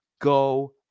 go